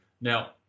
Now